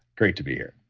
great to be here.